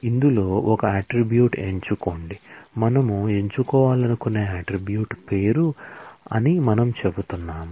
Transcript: ఇందులో ఒక అట్ట్రిబ్యూట్ ఎంచుకోండి మనము ఎంచుకోవాలనుకునే అట్ట్రిబ్యూట్ పేరు అని మనము చెప్తున్నాము